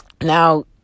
Now